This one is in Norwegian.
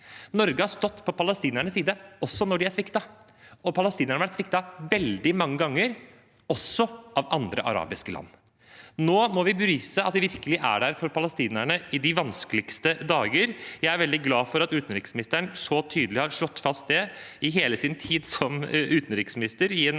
Norge har stått på palestinernes side også når de er sviktet, og palestinere har vært sviktet veldig mange ganger, også av andre arabiske land. Nå må vi vise at vi virkelig er der for palestinerne i de vanskeligste dager. Jeg er veldig glad for at utenriksministeren så tydelig har slått fast det i hele sin tid som utenriksminister, i en